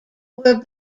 were